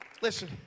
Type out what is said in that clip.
Listen